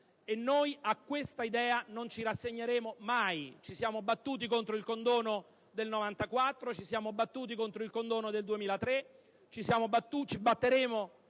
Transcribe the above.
E noi a questa idea non ci rassegneremo mai: ci siamo battuti contro il condono del 1994, ci siamo battuti contro il condono del 2003, ci batteremo